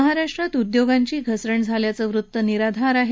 महाराष्ट्रात उद्योगांची घसरण झाल्याचं वृत्त निराधार आहे